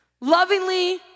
lovingly